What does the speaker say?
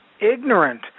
ignorant